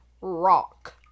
rock